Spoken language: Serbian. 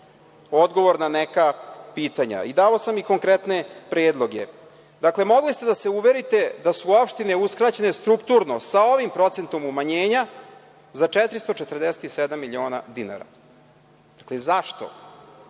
odgovor na neka pitanja. Dao sam i konkretne predloge. Dakle, mogli ste da se uverite da su opštine uskraćene strukturno sa ovim procentom umanjenja za 447 miliona dinara. Zašto?